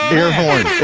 air horn,